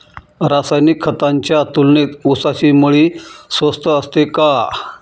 रासायनिक खतांच्या तुलनेत ऊसाची मळी स्वस्त असते का?